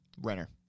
Renner